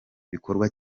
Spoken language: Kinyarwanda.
bikorwa